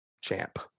champ